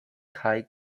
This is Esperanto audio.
kaj